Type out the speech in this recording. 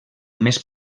més